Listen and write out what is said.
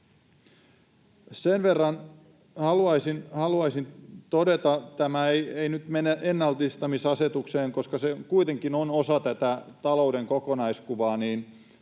Sen verran haluaisin todeta — tämä ei nyt mene ennallistamisasetukseen, koska se kuitenkin on osa tätä talouden kokonaiskuvaa